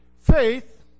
Faith